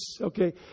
Okay